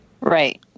Right